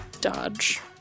dodge